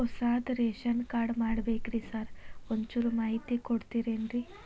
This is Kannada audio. ಹೊಸದ್ ರೇಶನ್ ಕಾರ್ಡ್ ಮಾಡ್ಬೇಕ್ರಿ ಸಾರ್ ಒಂಚೂರ್ ಮಾಹಿತಿ ಕೊಡ್ತೇರೆನ್ರಿ?